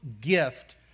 gift